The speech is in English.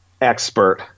expert